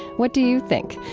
what do you think?